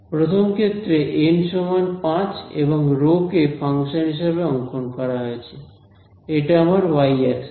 প্রথম ক্ষেত্রে এন সমান 5 এবং রো কে ফাংশন হিসাবে অংকন করা হয়েছে এটা আমার ওয়াই অ্যাক্সিস